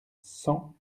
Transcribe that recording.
cent